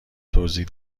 توضیح